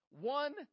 One